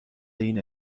این